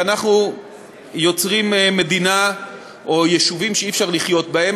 כי אנחנו יוצרים מדינה או יישובים שאי-אפשר לחיות בהם.